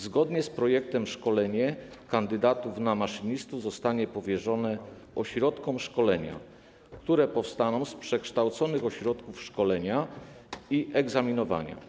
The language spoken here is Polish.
Zgodnie z projektem szkolenie kandydatów na maszynistów zostanie powierzone ośrodkom szkolenia, które powstaną z przekształconych ośrodków szkolenia i egzaminowania.